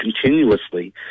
continuously